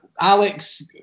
Alex